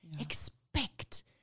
Expect